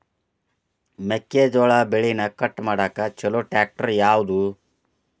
ಮೆಕ್ಕೆ ಜೋಳ ಬೆಳಿನ ಕಟ್ ಮಾಡಾಕ್ ಛಲೋ ಟ್ರ್ಯಾಕ್ಟರ್ ಯಾವ್ದು?